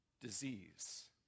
disease